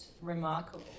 remarkable